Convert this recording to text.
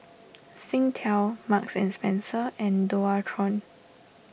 Singtel Marks and Spencer and Dualtron